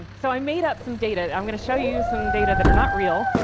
ah so i made up some data, and i'm going to show you some data that are not real.